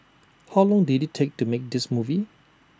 how long did IT take to make this movie